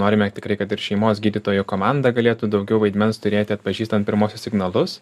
norime tikrai kad ir šeimos gydytojų komanda galėtų daugiau vaidmens turėti atpažįstant pirmuosius signalus